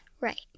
Right